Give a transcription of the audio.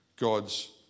God's